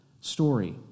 story